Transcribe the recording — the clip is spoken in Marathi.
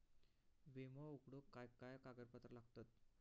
विमो उघडूक काय काय कागदपत्र लागतत?